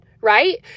right